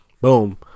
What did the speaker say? Boom